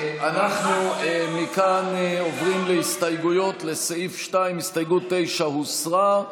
אנחנו מכאן עוברים להסתייגויות לסעיף 2. הסתייגות 9 הוסרה,